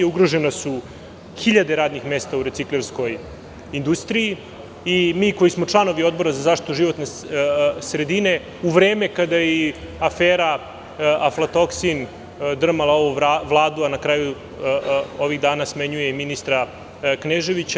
Ugrožene su hiljade radnih mesta u reciklirskoj industriji i mi koji smo članovi Odbora za zaštitu životne sredine, u vreme kada je afera aflatoksin drmala ovu Vladu, a ovih dana smenjuje i ministra Kneževića.